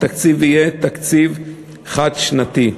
התקציב יהיה תקציב חד-שנתי.